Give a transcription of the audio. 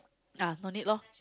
ah no need lor